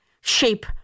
shape